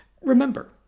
Remember